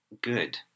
good